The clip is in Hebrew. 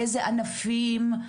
באיזה ענפים,